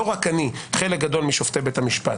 לא רק אני חלק גדול משופטי בית המשפט